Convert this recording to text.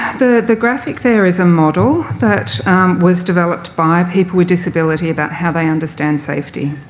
the the graphic there is a model that was developed by people with disability about how they understand safety.